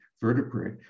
vertebrae